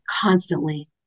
constantly